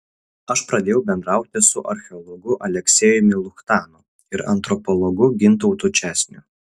aš pradėjau bendrauti su archeologu aleksejumi luchtanu ir antropologu gintautu česniu